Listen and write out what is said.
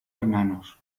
hermanos